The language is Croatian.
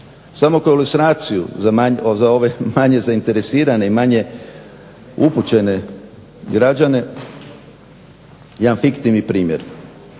Samo kao sanaciju za ove manje zainteresirane i manje upućene građane jedan fiktivni primjer.